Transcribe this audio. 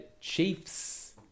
Chiefs